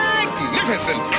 Magnificent